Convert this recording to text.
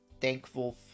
thankful